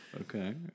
Okay